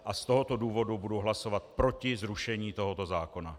Z tohoto důvodu budu hlasovat proti zrušení tohoto zákona.